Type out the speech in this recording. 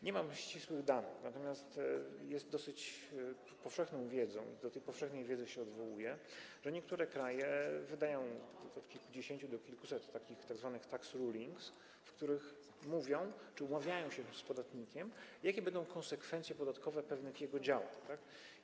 Nie mam ścisłych danych, natomiast jest dosyć powszechną wiedzą, i do tej powszechnej wiedzy się odwołuję, że niektóre kraje wydają od kilkudziesięciu do kilkuset tzw. tax rulings, w których umawiają się z podatnikiem, jakie będą konsekwencje podatkowe pewnych jego działań.